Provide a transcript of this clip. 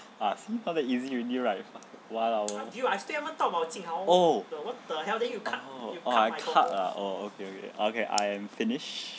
ah see not that easy already right one hour oh oh I cut ah oh okay okay okay I am finished